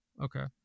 okay